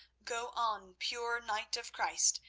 go on, pure knight of christ,